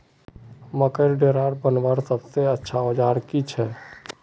मकईर डेरा बनवार सबसे अच्छा औजार की छे?